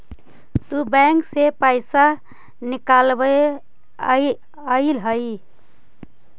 तु बैंक से पइसा निकलबएले अइअहिं